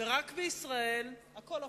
ורק בישראל הכול הפוך.